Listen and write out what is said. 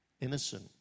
innocent